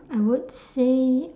I would say